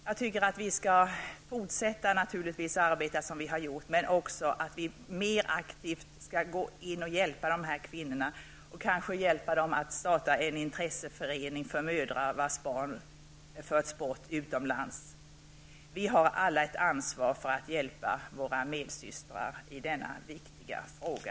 Jag tycker naturligtvis att vi skall fortsätta att arbeta som vi har gjort men också att vi mer aktivt skall hjälpa de här kvinnorna. Kanske vi kan hjälpa dem att starta en intresseförening för mödrar vilkas barn har förts bort utomlands. Vi har alla ett ansvar för att hjälpa våra medsystrar i denna viktiga fråga.